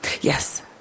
yes